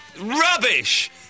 Rubbish